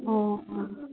ꯑꯥ ꯑꯥ